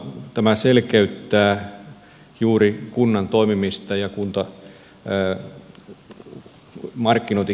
tämä selkeyttää juuri kunnan toimimista kuntamarkkinointikentällä